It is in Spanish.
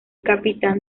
capitán